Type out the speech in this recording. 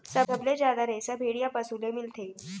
सबले जादा रेसा भेड़िया पसु ले मिलथे